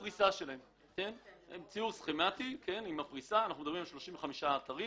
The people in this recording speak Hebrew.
אנחנו מדברים על 35 אתרים